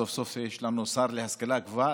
סוף-סוף יש לנו שר להשכלה גבוהה,